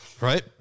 right